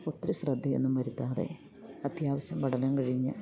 ഒത്തിരി ശ്രദ്ധയൊന്നും വരുത്താതെ അത്യാവശ്യം പഠനം കഴിഞ്ഞ്